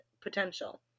potential